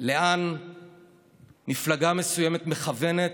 לאן מפלגה מסוימת מכוונת,